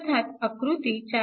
अर्थात आकृती 4